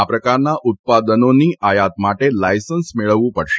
આ પ્રકારના ઉત્પાદનોની આયાત માટે લાયસન્સ મેળવવું પડશે